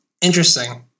Interesting